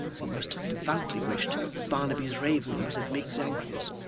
who most devoutly wished that barnaby's raven was at miggs's ankles,